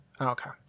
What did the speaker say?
Okay